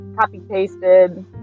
copy-pasted